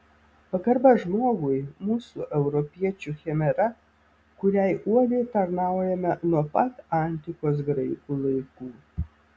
pagarba žmogui mūsų europiečių chimera kuriai uoliai tarnaujame nuo pat antikos graikų laikų